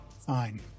fine